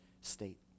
state